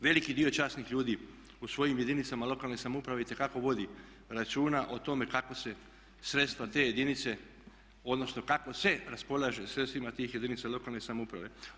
Veliki dio časnih ljudi u svojim jedinicama lokalne samouprave itekako vodi računa o tome kako se sredstva te jedinice, odnosno kako se raspolaže sredstvima tih jedinica lokalne samouprave.